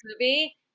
movie